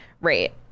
Right